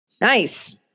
Nice